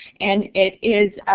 and it is.